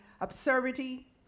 absurdity